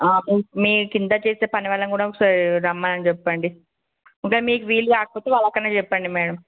మీ క్రింద చేసే పనివాళ్ళను కూడా ఒకసారి రమ్మని చెప్పండి అంటే మీకు వీలు కాకపోతే వాళ్ళకన్నా చెప్పండి మ్యాడమ్